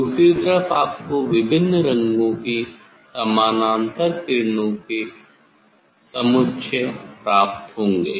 दूसरी तरफ आपको विभिन्न रंगों की समानांतर किरणों के समुच्चय सेट प्राप्त होंगे